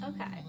Okay